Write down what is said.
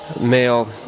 male